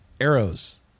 arrows